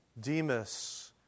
Demas